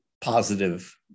positive